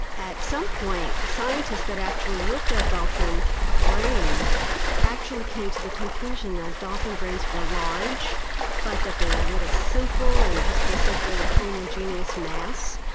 at some point scientists that actually looked at dolphin brains actually came to the conclusion that dolphin brains were large but that they were really simple simple and just basically a homogeneous mass,